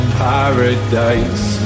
paradise